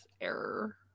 error